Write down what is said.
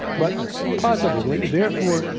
but positively. therefore,